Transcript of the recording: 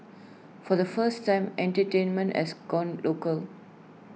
for the first time entertainment has gone local